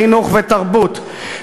חינוך ותרבות,